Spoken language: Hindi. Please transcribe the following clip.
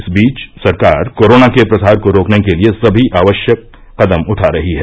इस बीच सरकार कोरोना के प्रसार को रोकने के लिए सभी आवश्यक कदम उठा रही है